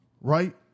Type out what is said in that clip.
right